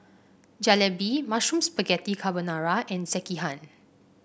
Jalebi Mushroom Spaghetti Carbonara and Sekihan